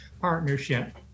Partnership